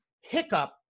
hiccup